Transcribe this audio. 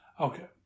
Okay